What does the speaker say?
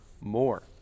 more